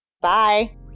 Bye